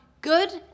good